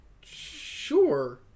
Sure